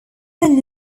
then